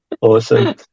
Awesome